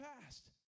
past